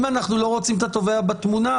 אם אנחנו לא רוצים את התובע בתמונה,